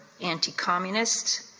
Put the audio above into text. anti-communist